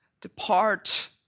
Depart